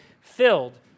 filled